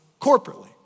corporately